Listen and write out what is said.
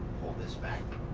pull this back.